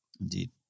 Indeed